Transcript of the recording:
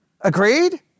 Agreed